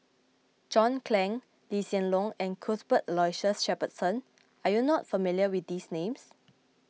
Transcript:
John Clang Lee Hsien Loong and Cuthbert Aloysius Shepherdson are you not familiar with these names